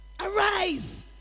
arise